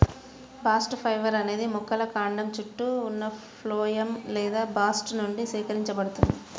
bast fibre అనేది మొక్కల కాండం చుట్టూ ఉన్న ఫ్లోయమ్ లేదా బాస్ట్ నుండి సేకరించబడుతుంది